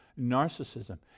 narcissism